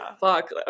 fuck